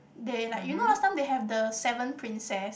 they like you know last time they have the seven princess